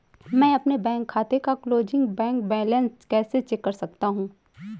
मैं अपने खाते का क्लोजिंग बैंक बैलेंस कैसे चेक कर सकता हूँ?